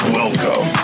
welcome